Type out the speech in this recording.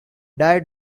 died